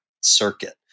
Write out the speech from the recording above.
circuit